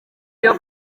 iyo